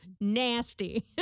nasty